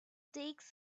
takes